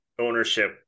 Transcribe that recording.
ownership